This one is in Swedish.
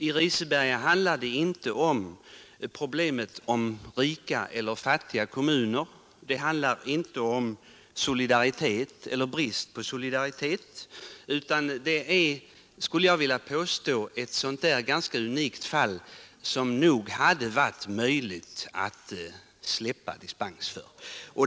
I Riseberga handlar problemet inte om rika eller fattiga kommuner, det handlar inte om solidaritet eller brist på solidaritet utan jag skulle vilja påstå att det är ett ganska unikt fall som nog hade varit möjligt att bevilja dispens för.